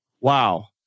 Wow